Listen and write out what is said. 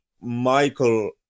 Michael